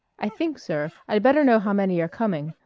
i think, sir, i'd better know how many are coming.